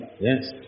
Yes